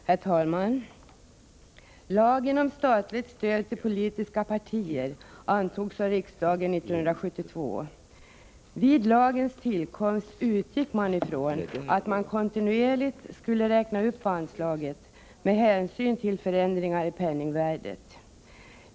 Herr talman! Lagen om statligt stöd till politiska partier antogs av riksdagen 1972. Vid lagens tillkomst utgick man från att anslaget kontinuerligt skulle räknas upp med hänsyn till förändringar i penningvärdet.